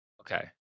Okay